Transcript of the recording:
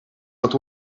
dat